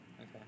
Okay